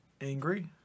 Angry